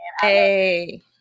Hey